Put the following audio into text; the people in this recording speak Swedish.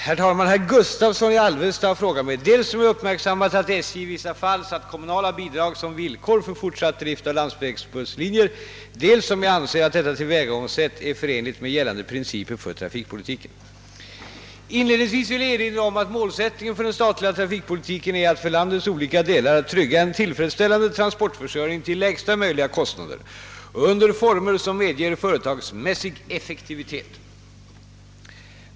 Herr talman! Herr Gustavsson i Alvesta har frågat mig, dels om jag uppmärksammat att SJ i vissa fall satt kommunala bidrag som villkor för fortsatt drift av landsvägsbusslinjer, dels om jag anser att detta tillvägagångssätt är förenligt med gällande principer för trafikpolitiken. Inledningsvis vill jag erinra om att målsättningen för den statliga trafikpolitiken är att för landets olika delar trygga en tillfredsställande transportförsörjning till lägsta möjliga kostnader och under former som medger företagsmässig effektivitet.